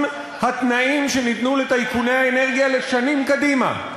התנאים שניתנו לטייקוני האנרגיה לשנים קדימה,